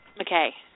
Okay